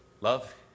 love